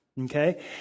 Okay